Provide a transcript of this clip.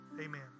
amen